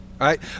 Right